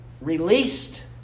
released